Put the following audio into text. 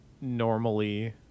normally